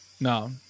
No